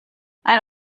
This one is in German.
ein